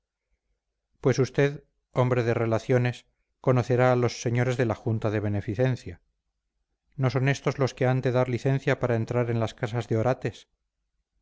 pues usted hombre de relaciones conocerá a los señores de la junta de beneficencia no son estos los que han de dar licencia para entrar en las casas de orates